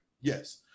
Yes